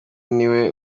niwe